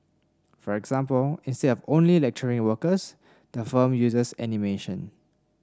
for example instead of only lecturing workers the firm uses animation